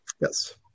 yes